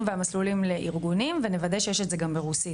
והמסלולים לארגונים ונוודא שיש את זה גם ברוסית,